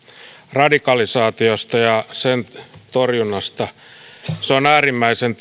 radikalisaatiosta ja sen torjunnasta se on äärimmäisen